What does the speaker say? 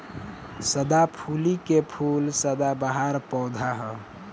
सदाफुली के फूल सदाबहार पौधा ह